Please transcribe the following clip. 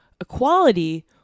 equality